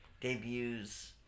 debuts